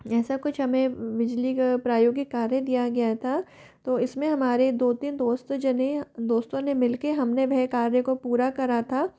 जैसा कुछ हमें बिजली का प्रायोगिक कार्य दिया गया था तो इसमें हमारे दो तीन दोस्त जने दोस्तों ने मिल कर हमने वह कार्य पूरा करा था